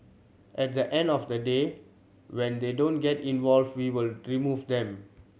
at the end of the day when they don't get involved we will remove them